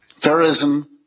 Terrorism